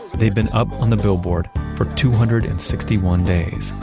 they'd been up on the billboard for two hundred and sixty one days,